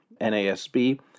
NASB